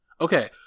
okay